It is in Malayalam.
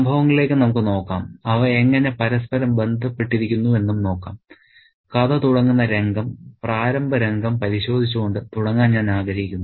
സംഭവങ്ങളിലേക്ക് നമുക്ക് നോക്കാം അവ എങ്ങനെ പരസ്പരം ബന്ധപ്പെട്ടിരിക്കുന്നു എന്നും നോക്കാം കഥ തുടങ്ങുന്ന രംഗം പ്രാരംഭ രംഗം പരിശോധിച്ചുകൊണ്ട് തുടങ്ങാൻ ഞാൻ ആഗ്രഹിക്കുന്നു